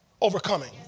overcoming